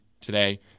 today